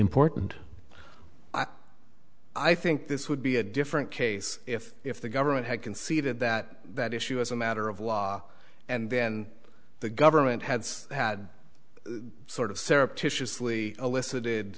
important i think this would be a different case if if the government had conceded that that issue as a matter of law and then the government had had sort of sarap tissue slee elicited